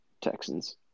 Texans